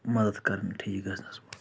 مدَت کَران ٹھیٖک گژھنَس منٛز